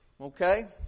okay